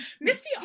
Misty